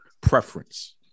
preference